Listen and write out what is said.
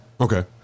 Okay